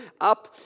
up